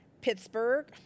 Pittsburgh